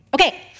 Okay